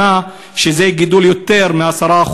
שזה גידול של יותר מ-10%.